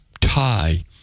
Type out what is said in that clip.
tie